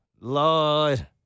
Lord